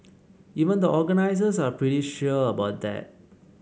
even the organisers are pretty sure about that